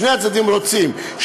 שני הצדדים רוצים,